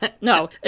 no